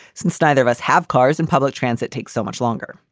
since neither of us have cars and public transit takes so much longer.